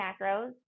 macros